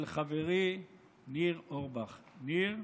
אל חברי ניר אורבך: ניר,